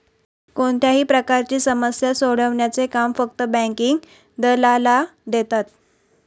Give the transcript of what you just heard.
कोणत्याही प्रकारची समस्या सोडवण्याचे काम फक्त बँकिंग दलालाला देतात